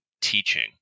teaching